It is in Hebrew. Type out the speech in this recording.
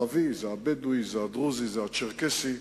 זה הערבי, זה הבדואי, זה הדרוזי, זה הצ'רקסי.